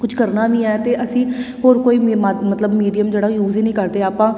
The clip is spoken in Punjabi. ਕੁਛ ਕਰਨਾ ਵੀ ਹੈ ਅਤੇ ਅਸੀਂ ਹੋਰ ਕੋਈ ਮੀਮਾ ਮਤਲਬ ਮੀਡੀਅਮ ਜਿਹੜਾ ਯੂਜ਼ ਹੀ ਨਹੀਂ ਕਰਦੇ ਆਪਾਂ